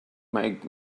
make